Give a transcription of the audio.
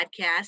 podcast